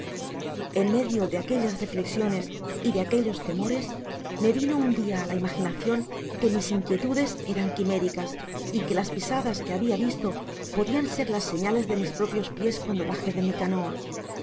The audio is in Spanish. en medio de aquellas reflexiones y de aquellos temores me vino un dia á la imaginacion que mis inquietudes eran quimericas y que las pisadas que habia visto podian ser las señales de mis propios pies cuando bajé de mi ca noa